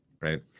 right